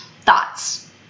thoughts